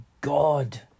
God